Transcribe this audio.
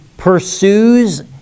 pursues